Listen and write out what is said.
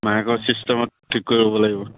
মাহেকৰ ছিষ্টেমত ঠিক কৰি ল'ব লাগিব